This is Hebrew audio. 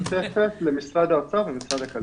זו ועדה משותפת למשרד האוצר ומשרד הכלכלה.